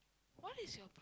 what is your